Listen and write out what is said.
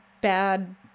bad